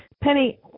Penny